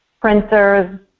printers